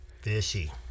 Fishy